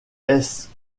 hesse